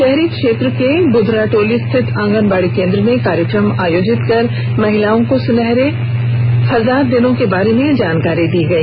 शहरी क्षेत्र के बुधराटोली स्थित आंगनबाड़ी केंद्र में कार्यक्रम आयोजित कर महिलाओं को सुनहरे हजार दिनों के बारे में जानकारी दी गई